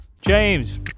James